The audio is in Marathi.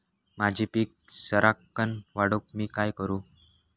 माझी पीक सराक्कन वाढूक मी काय करू?